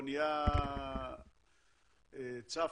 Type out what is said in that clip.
האונייה הצפה,